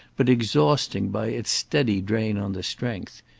but exhausting by its steady drain on the strength.